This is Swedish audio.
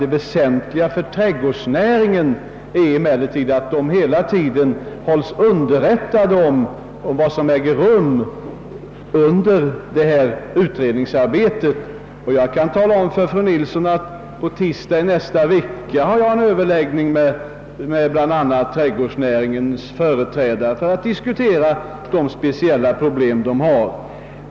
Det väsentliga för trädgårdsnäringen är emellertid, att näringens företrädare hela tiden hålls underrättade om vad som äger rum under detta utredningsarbete. Jag kan tala om för fru Nilsson att jag på tisdag i nästa vecka skall ha en överläggning med bl.a. trädgårdsnäringens företrädare för att diskutera de speciella problem de har.